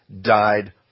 died